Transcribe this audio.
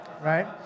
right